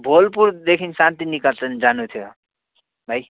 भोलपुरदेखि शान्तिनिकेतन जानु थियो भाइ